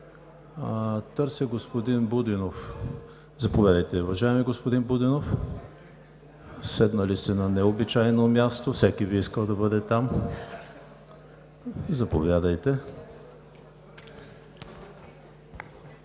Търся господин Будинов! Заповядайте, уважаеми господин Будинов – седнали сте на необичайно място, всеки би искал да бъде там! ЕВГЕНИ